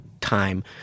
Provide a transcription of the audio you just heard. time